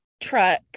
truck